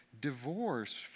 Divorce